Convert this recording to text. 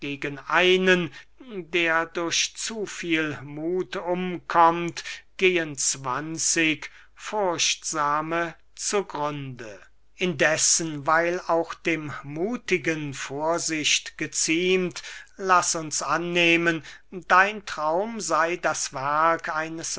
einen der durch zu viel muth umkommt gehen zwanzig furchtsame zu grunde indessen weil auch dem muthigen vorsicht geziemt laß uns annehmen dein traum sey das werk eines